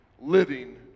living